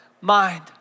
mind